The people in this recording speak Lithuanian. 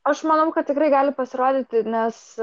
aš manau kad tikrai gali pasirodyti nes